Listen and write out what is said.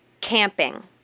camping